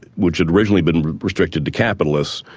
which had originally been restricted to capitalists,